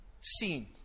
seen